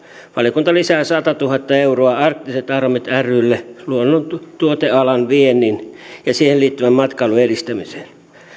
valiokunta lisää satatuhatta euroa arktiset aromit rylle luonnontuotealan viennin ja siihen liittyvän matkailun edistämiseen